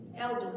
Elder